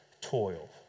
toil